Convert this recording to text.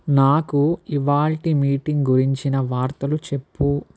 నాకు ఇవాల్టి మీటింగ్ గురించిన వార్తలు చెప్పు